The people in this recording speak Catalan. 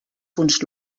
punts